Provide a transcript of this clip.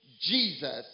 Jesus